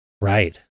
right